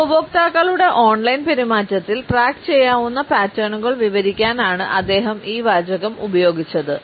ഉപഭോക്താക്കളുടെ ഓൺലൈൻ പെരുമാറ്റത്തിൽ ട്രാക്കുചെയ്യാവുന്ന പാറ്റേണുകൾ വിവരിക്കാൻ ആണു അദ്ദേഹം ഈ വാചകം ഉപയോഗിച്ചത്